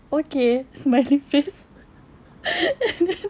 okay smiley face and then